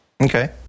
Okay